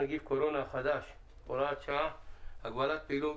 נגיף הקורונה החדש (הוראת שעה) (הגבלת פעילות